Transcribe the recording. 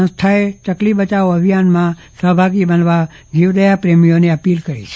સંસ્થાએ ચકલી બચાવો અભિયાનમાં સહભાગી બનવા જીવદયા પ્રેમીઓને અપીલ કરી છે